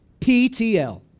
PTL